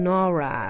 Nora